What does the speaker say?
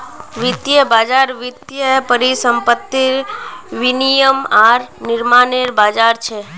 वित्तीय बज़ार वित्तीय परिसंपत्तिर विनियम आर निर्माणनेर बज़ार छ